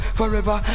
forever